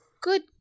good